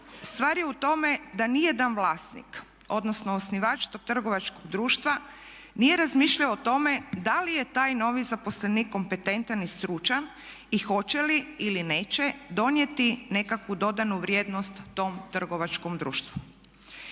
stvar je u tome da ni jedan vlasnik odnosno osnivač tog trgovačkog društva nije razmišljao o tome da li je taj novi zaposlenik kompetentan i stručan i hoće li ili neće donijeti nekakvu dodanu vrijednost tom trgovačkom društvu.